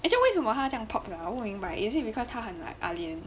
actually 为什么他要这样 pop ah 我不明白 is it because 他很 like ah lian